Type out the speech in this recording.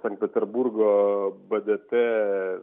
sankt peterburgo bdt